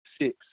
six